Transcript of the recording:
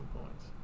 points